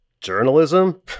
Journalism